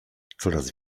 coraz